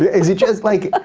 is it just like, ah